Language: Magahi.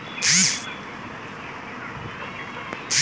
नीला वाटर लिली रात के खिल छे